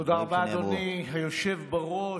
תודה רבה, אדוני היושב בראש.